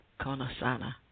konasana